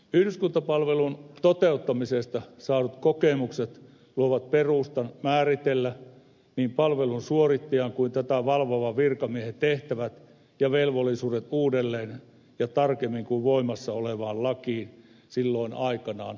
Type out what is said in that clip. yhdyskuntapalvelun toteuttamisesta saadut kokemukset luovat perustan määritellä niin palvelun suorittajan kuin tätä valvovan virkamiehenkin tehtävät ja velvollisuudet uudelleen ja tarkemmin kuin voimassa olevaan lakiin silloin aikanaan osattiin kirjoittaa